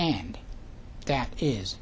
and that is